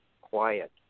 quiet